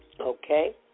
Okay